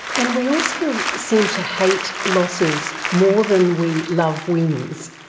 and we also seem to hate losses more than we love wins,